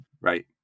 right